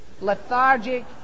Lethargic